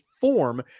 form